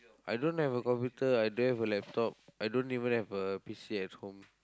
I don't have a computer I don't have a laptop I don't even have a P_C at home